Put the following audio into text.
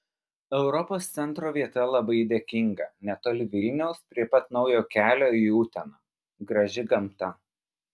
europos centro vieta labai dėkinga netoli vilniaus prie pat naujo kelio į uteną graži gamta